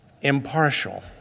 impartial